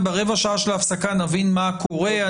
וברבע השעה של ההפסקה נבין מה קורה.